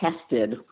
tested